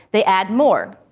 they add more,